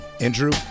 Andrew